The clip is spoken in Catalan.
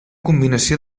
combinació